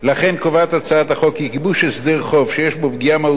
לכן הצעת החוק קובעת כי גיבוש הסדר חוב שיש בו פגיעה מהותית